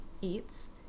eats